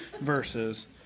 verses